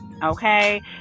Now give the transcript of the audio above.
Okay